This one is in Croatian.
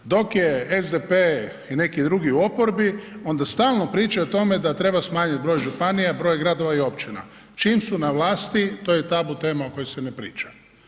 Dok je SDP i neki drugi u oporbi, onda je stalno priča o tome da treba smanjiti broj županija, broj gradova i općina, čim su na vlasti, to je tabu tema o kojoj se ne priča.